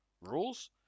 rules